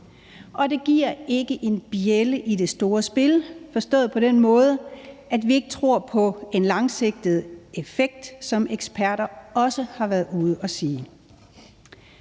og det giver ikke en bjælde i det store spil, forstået på den måde, at vi ikke tror på en langsigtet effekt, som eksperter også har været ude at sige.